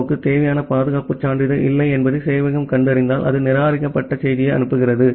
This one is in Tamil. ஓவுக்கு தேவையான பாதுகாப்பு சான்றிதழ் இல்லை என்பதை சேவையகம் கண்டறிந்தால் அது நிராகரிக்கப்பட்ட செய்தியை அனுப்புகிறது